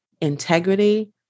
integrity